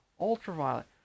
Ultraviolet